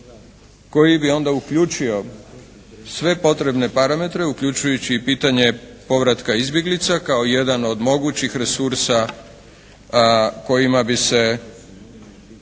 koji bi onda uključio sve potrebne parametre uključujući i pitanje povratka izbjeglica kao jedan od mogućih resursa kojima bi se